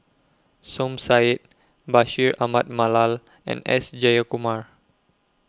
Som Said Bashir Ahmad Mallal and S Jayakumar